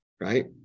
Right